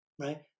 right